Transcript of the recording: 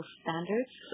standards